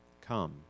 come